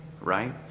right